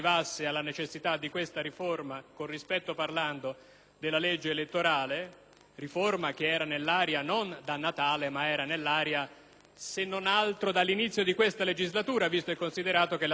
(riforma che era nell'aria non da Natale ma almeno dall'inizio di questa legislatura, visto e considerato che la scadenza delle elezioni per il Parlamento europeo è fissa ogni cinque anni):